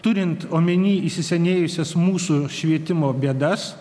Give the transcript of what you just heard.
turint omeny įsisenėjusias mūsų švietimo bėdas